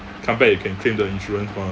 come back you can claim the insurance mah